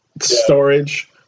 storage